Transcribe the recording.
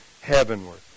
heavenward